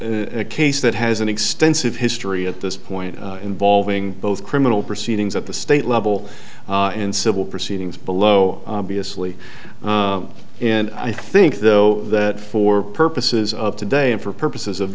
is a case that has an extensive history at this point involving both criminal proceedings at the state level and civil proceedings below be asleep and i think though that for purposes of today and for purposes of